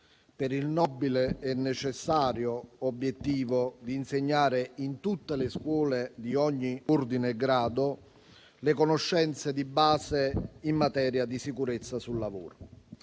per il nobile e necessario obiettivo di insegnare, in tutte le scuole di ogni ordine e grado, le conoscenze di base in materia di sicurezza sul lavoro.